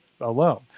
alone